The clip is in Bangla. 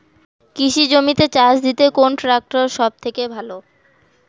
কৃষি জমিতে চাষ দিতে কোন ট্রাক্টর সবথেকে ভালো?